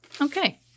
Okay